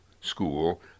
school